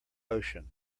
ocean